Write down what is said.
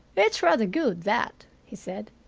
it's rather good, that, he said.